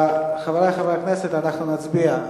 חברי חברי הכנסת, אנחנו נצביע.